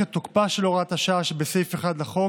את תוקפה של הוראת השעה שבסעיף 1 לחוק